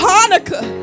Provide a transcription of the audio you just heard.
Hanukkah